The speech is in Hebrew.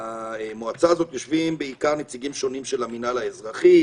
במועצה הזאת יושבים בעיקר נציגים שונים של המינהל האזרחי,